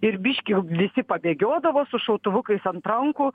ir biškį visi pabėgiodavo su šautuvukais ant rankų